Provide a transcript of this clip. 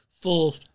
full